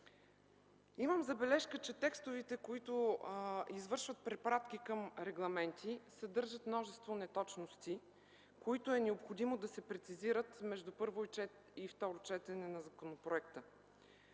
Имам забележка, че текстовете, които извършват препратки към регламенти, съдържат множество неточности, които е необходимо да се прецизират между първо и второ четене на законопроекта,